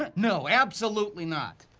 no, absolutely not!